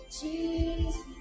Jesus